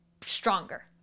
stronger